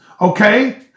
okay